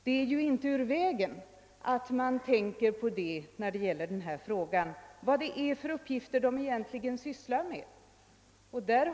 Det är inte ur vägen att i denna fråga ta hänsyn till vilka uppgifter de ägnar sig åt.